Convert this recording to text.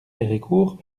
héricourt